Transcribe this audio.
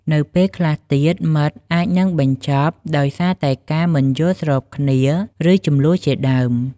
នៅពេលខ្លះទៀតមិត្តអាចនឹងបញ្ចប់ដោយសារតែការមិនយល់ស្របគ្នា ឬ ជម្លោះជាដើម។